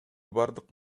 бардык